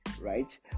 right